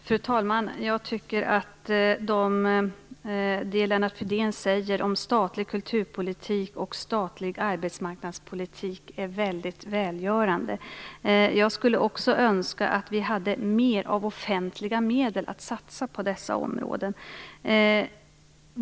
Fru talman! Jag tycker att det Lennart Fridén säger om statlig kulturpolitik och statlig arbetsmarknadspolitik är väldigt välgörande. Jag skulle också önska att vi hade mer av offentliga medel att satsa på dessa områden.